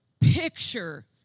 picture